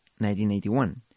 1981